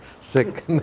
sick